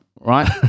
Right